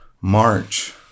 March